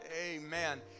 Amen